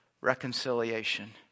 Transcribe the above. reconciliation